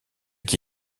qui